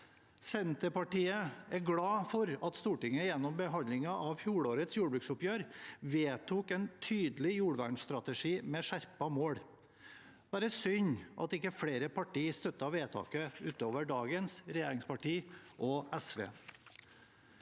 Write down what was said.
Senterpartiet er glad for at Stortinget gjennom behandlingen av fjorårets jordbruksoppgjør vedtok en tydelig jordvernstrategi med skjerpede mål – bare synd at ikke flere partier støttet vedtaket utover dagens regjeringspartier og SV.